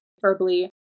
verbally